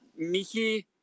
Michi